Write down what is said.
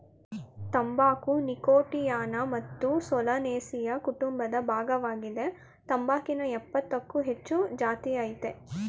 ತಂಬಾಕು ನೀಕೋಟಿಯಾನಾ ಮತ್ತು ಸೊಲನೇಸಿಯಿ ಕುಟುಂಬದ ಭಾಗ್ವಾಗಿದೆ ತಂಬಾಕಿನ ಯಪ್ಪತ್ತಕ್ಕೂ ಹೆಚ್ಚು ಜಾತಿಅಯ್ತೆ